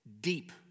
deep